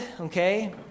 okay